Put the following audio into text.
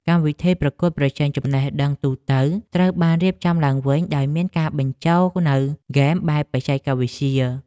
កម្មវិធីប្រកួតប្រជែងចំណេះដឹងទូទៅត្រូវបានរៀបចំឡើងវិញដោយមានការបញ្ចូលនូវហ្គេមបែបបច្ចេកវិទ្យា។